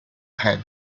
had